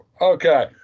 Okay